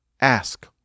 ask